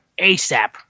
ASAP